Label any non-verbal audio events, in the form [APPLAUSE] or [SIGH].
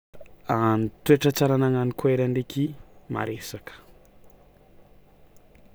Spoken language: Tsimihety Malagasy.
[HESITATION] Ny toetra tsara anagnan'ny koera ndraikyy maraisaka.